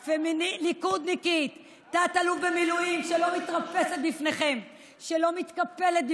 כל הפייק סנטימנטים שלכם בתקשורת,